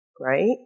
right